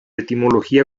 etimología